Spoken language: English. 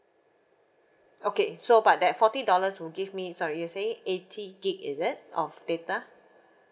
okay so but that forty dollars will give me sorry you saying eighty gig is it of data